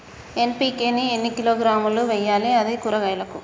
NPK ని ఎన్ని కిలోగ్రాములు వెయ్యాలి? అది కూరగాయలకు?